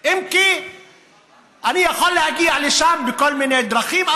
אם כי אני יכול להגיע לשם בכל מיני דרכים.